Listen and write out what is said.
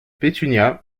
pétunia